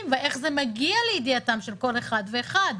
ואיך זה מגיע לידיעתם של כל אחד ואחד.